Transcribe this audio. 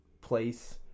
place